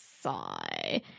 sigh